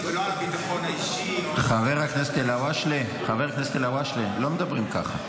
חבר הכנסת אלהואשלה, לא מדברים ככה.